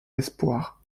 espoir